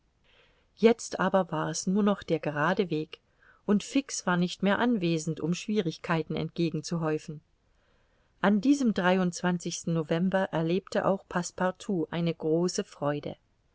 jetzt aber war es nur noch der gerade weg und fix war nicht mehr anwesend um schwierigkeiten entgegenzuhäufen an diesem november erlebte auch passepartout eine große freude